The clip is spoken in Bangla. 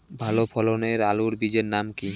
ভালো ফলনের আলুর বীজের নাম কি?